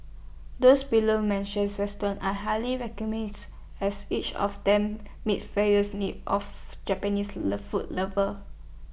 this below measures restaurants are highly as each of them meets various needs of Japanese love food lovers